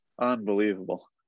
unbelievable